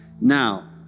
Now